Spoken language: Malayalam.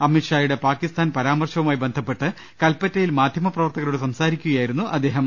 അമിത് ഷായുടെ പാകിസ്ഥാൻ പരാമർശവുമായി ബന്ധപ്പെട്ട് കൽപ്പറ്റയിൽ മാധ്യമപ്രവർത്തകരോട് സംസാരിക്കുകയായിരുന്നു അദ്ദേഹം